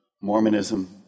Mormonism